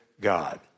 God